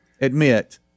Admit